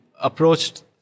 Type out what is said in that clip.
approached